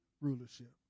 rulership